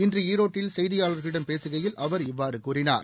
இன்று ஈரோட்டில் செய்தியாளர்களிடம் பேசுகையில் அவர் இவ்வாறு கூறினார்